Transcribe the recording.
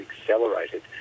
accelerated